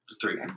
Three